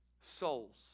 souls